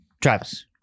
Travis